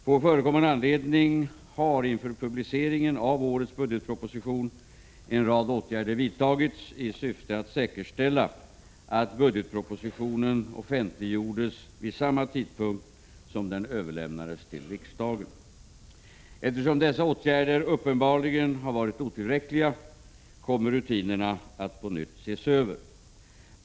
På förekommen anledning har, inför publiceringen av årets budgetproposition, en rad åtgärder vidtagits i syfte att säkerställa att budgetpropositionen offentliggjordes vid samma tidpunkt som den överlämnades till riksdagen. Eftersom dessa åtgärder uppenbarligen har varit otillräckliga kommer rutinerna att på nytt ses över.